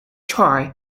choi